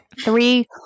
three